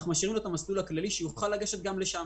אנחנו משאירים לו את המסלול הכללי ללכת לשם.